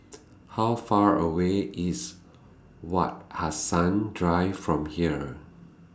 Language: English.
How Far away IS Wak Hassan Drive from here